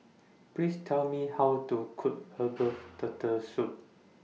Please Tell Me How to Cook Herbal Turtle Soup